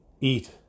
eat